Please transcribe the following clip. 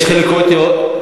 יש חילוקי דעות.